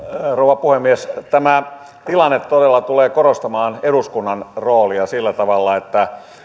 rouva puhemies tämä tilanne todella tulee korostamaan eduskunnan roolia sillä tavalla että